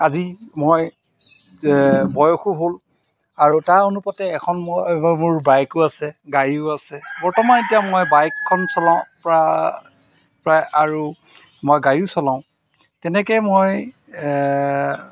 আজি মই বয়সো হ'ল আৰু তাৰ অনুপাতে এখন মই মোৰ বাইকো আছে গাড়ীও আছে বৰ্তমান এতিয়া মই বাইকখন চলাওঁ প্ৰায় আৰু মই গাড়ীও চলাওঁ তেনেকৈয়ে মই